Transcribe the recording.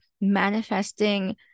manifesting